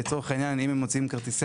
לצורך העניין אם הם מוציאים כרטיסי